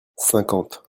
cinquante